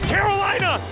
Carolina